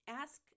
ask